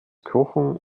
kochen